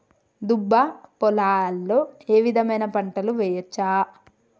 దుబ్బ పొలాల్లో ఏ విధమైన పంటలు వేయచ్చా?